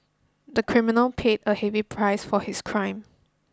the criminal paid a heavy price for his crime